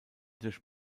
durch